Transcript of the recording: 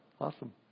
Awesome